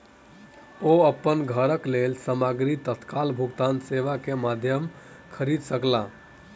ओ अपन घरक लेल सामग्री तत्काल भुगतान सेवा के माध्यम खरीद सकला